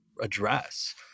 address